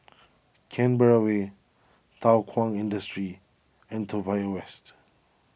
Canberra Way Thow Kwang Industry and Toa Payoh West